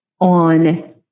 on